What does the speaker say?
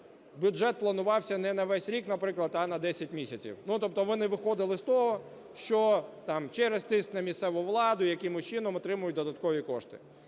бюджет планувався не на весь рік, наприклад, а на 10 місяців. Тобто вони виходили з того, що через тиск на місцеву владу якимось чином отримують додаткові кошти.